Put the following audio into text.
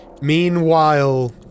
Meanwhile